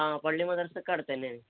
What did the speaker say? ആ പള്ളിയും മദർസയുമൊക്കെ അടുത്തുതന്നെയാണ്